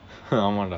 ஆமாம்:aamaam lah